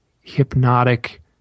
hypnotic